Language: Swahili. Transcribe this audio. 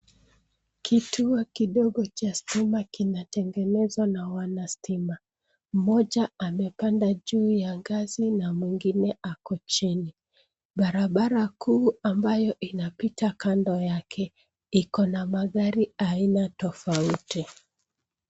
Kituo kidogo cha stima kinatengenezwa na wanastima. Mmoja amepanda juu ya ngazi na mwingine ako chini. Barabara kuu ambayo inapita kando yake iko na magari aina tofauti.